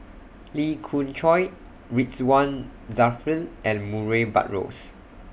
Lee Khoon Choy Ridzwan Dzafir and Murray Buttrose